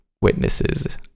witnesses